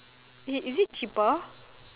it is it cheaper